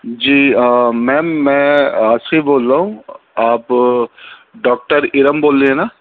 جی ma'am میں عرشی بول رہا ہوں آپ ڈاکٹر ارم بول رہی ہیں نا